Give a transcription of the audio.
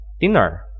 dinner